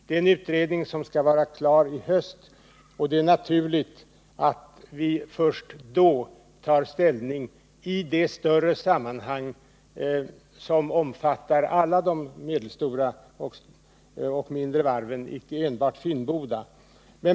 Det är en utredning som skall vara klar i höst, och det är naturligt att vi först då tar ställning, i det större sammanhang som omfattar alla de mindre och medelstora varven och inte bara Finnboda.